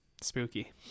spooky